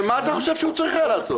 אבל מה אתה חושב שהוא צריך היה לעשות?